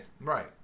Right